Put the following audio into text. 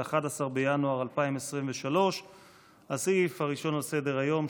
11 בינואר 2023. הסעיף הראשון על סדר-היום,